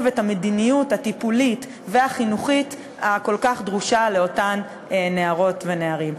את המדיניות הטיפולית והחינוכית הכל-כך דרושה לאותם נערות ונערים.